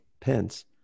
Pence